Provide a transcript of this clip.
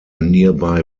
nearby